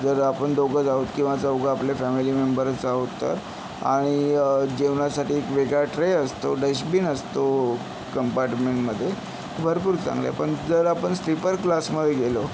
जर आपणदोघंच आहोत किंवा चौघं आपले फॅमिली मेंबरच आहोत तर आणि जेवणासाठी एक वेगळा ट्रे असतो डशबीन असतो कंपार्टमेंटमध्ये भरपूर चांगलं आहे पण जर आपण स्लीपरक्लासमधे गेलो